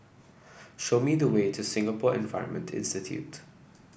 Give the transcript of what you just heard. show me the way to Singapore Environment Institute